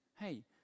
Hey